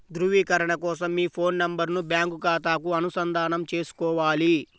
ధ్రువీకరణ కోసం మీ ఫోన్ నెంబరును బ్యాంకు ఖాతాకు అనుసంధానం చేసుకోవాలి